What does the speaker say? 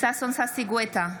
ששון ששי גואטה,